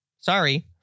Sorry